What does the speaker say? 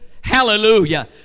Hallelujah